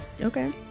okay